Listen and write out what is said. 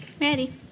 Ready